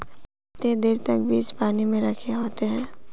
केते देर तक बीज पानी में रखे होते हैं?